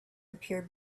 appear